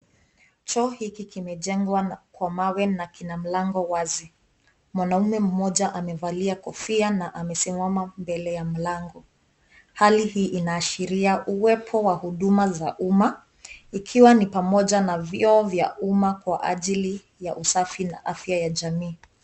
Choo hiki kimejengwa kwa mawe na kina mlango wazi, mwanaume mmoja amevalia kofia na amesimama mbele ya mlango, hali hii inaashiria uwepo wa huduma za umma ikiwa ni pamoja na vyoo vya umma kwa ajili ya usafi na afya ya jamii.